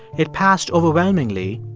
it passed overwhelmingly,